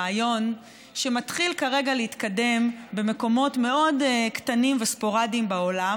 רעיון שמתחיל כרגע להתקדם במקומות מאוד קטנים וספורדיים בעולם,